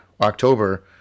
October